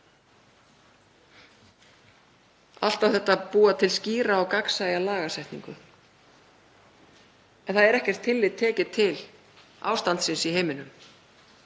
Allt á þetta að búa til skýra og gagnsæja lagasetningu en það er ekkert tillit tekið til ástandsins í heiminum.